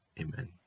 amen